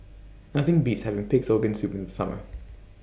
Nothing Beats having Pig'S Organ Soup in The Summer